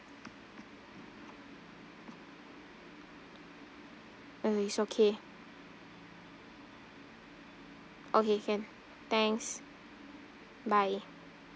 uh it's okay okay can thanks bye